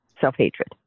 self-hatred